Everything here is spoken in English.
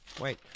Wait